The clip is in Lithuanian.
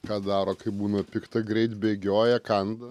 ką daro kai būna pikta greit bėgioja kanda